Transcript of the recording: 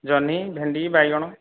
ଜହ୍ନି ଭେଣ୍ଡି ବାଇଗଣ